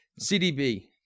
CDB